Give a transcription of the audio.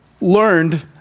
learned